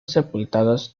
sepultados